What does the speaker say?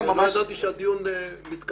לא ידעתי שהדיון מתקיים.